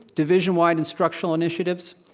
division-wide instructional initiatives,